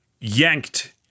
yanked